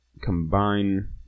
combine